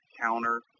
counter